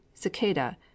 cicada